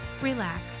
relax